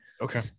Okay